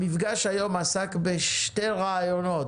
המפגש היום עסק בשני רעיונות.